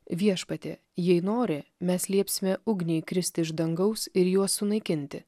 viešpatie jei nori mes liepsime ugniai kristi iš dangaus ir juos sunaikinti